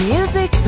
Music